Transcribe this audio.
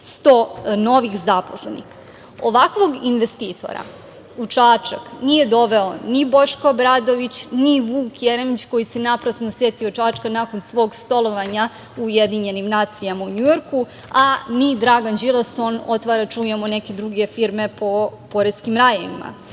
100 novih zaposlenih. Ovakvog investitora u Čačak nije doveo ni Boško Obradović, ni Vuk Jeremić koji se naprasno setio Čačka nakon svog stolovanja u UN u Njujorku, a ni Dragan Đilas, on otvara, čujemo, neke druge firme po poreskim rajevima,